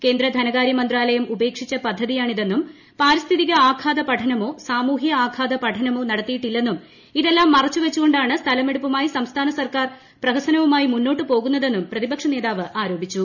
കേന്ദ്രധനകാര്യമന്ത്രാലയം ഉപേക്ഷിച്ച പദ്ധതിയാണിതെന്നും പാരിസ്ഥിതിക ആഘാത പഠനമോ സാമൂഹൃ ആഘാത പഠനമോ നടത്തിയിട്ടില്ലെന്നും ഇതെല്ലാം മറച്ചുവച്ചുകൊണ്ടാണ് സ്ഥലമെടുപ്പുമായി സംസ്ഥാന സർക്കാർ പ്രഹസനവുമായി മുന്നോട്ടു പോകുന്നതെന്നും പ്രതിപക്ഷ നേതാവ് പറഞ്ഞു